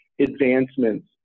advancements